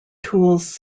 tools